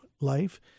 life